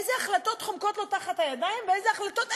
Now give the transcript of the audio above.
איזה החלטות חומקות לו תחת הידיים ואיזה החלטות,